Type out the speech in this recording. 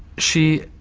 she